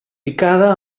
picada